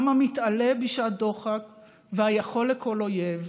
עם המתעלה בשעת דוחק והיכול לכל אויב,